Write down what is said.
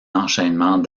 enchaînement